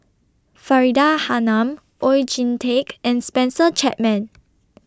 Faridah Hanum Oon Jin Teik and Spencer Chapman